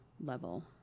level